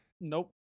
Nope